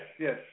yes